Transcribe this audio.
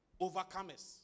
Overcomers